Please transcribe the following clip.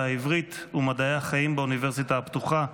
העברית ומדעי החיים באוניברסיטה הפתוחה.